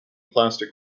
plastic